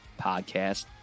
podcast